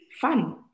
fun